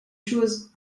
choses